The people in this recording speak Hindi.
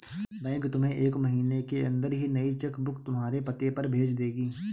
बैंक तुम्हें एक महीने के अंदर ही नई चेक बुक तुम्हारे पते पर भेज देगी